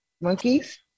Monkeys